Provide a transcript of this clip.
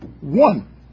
one